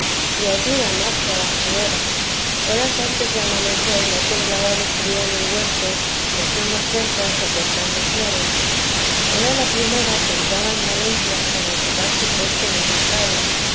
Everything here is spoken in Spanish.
criatura más trabajadora horas antes de amanecer ya temblaba de frío en el huerto cogiendo fresas o cortando flores era la primera que entraba en valencia para ocupar su puesto en el mercado